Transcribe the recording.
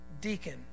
deacon